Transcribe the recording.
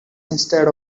instead